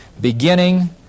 beginning